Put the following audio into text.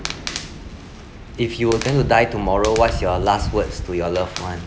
if you're going to die tomorrow what's your last words to your loved one